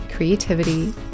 creativity